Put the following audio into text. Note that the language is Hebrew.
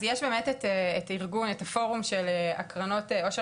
אז יש באמת את הפורום של קרנות העושר